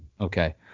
Okay